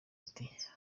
ati